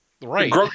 Right